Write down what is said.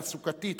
תעסוקתית,